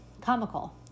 Comical